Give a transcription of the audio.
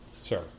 sir